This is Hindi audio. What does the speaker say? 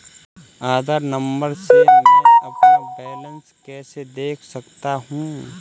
आधार नंबर से मैं अपना बैलेंस कैसे देख सकता हूँ?